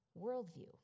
worldview